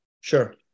sure